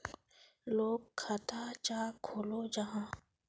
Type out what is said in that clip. लोग खाता चाँ खोलो जाहा?